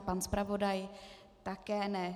Pan zpravodaj také ne.